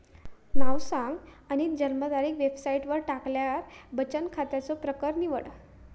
नाव सांग आणि जन्मतारीख वेबसाईटवर टाकल्यार बचन खात्याचो प्रकर निवड